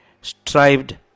strived